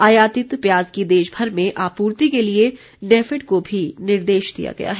आयातित प्याज की देशमर में आपूर्ति के लिए नेफेड को भी निर्देश दिया गया है